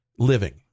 Living